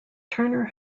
turner